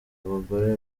abagore